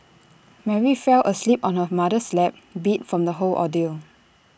Mary fell asleep on her mother's lap beat from the whole ordeal